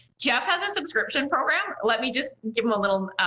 jeff has a subscription program, let me just give him a little